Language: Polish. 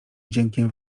wdziękiem